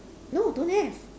no don't have